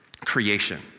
creation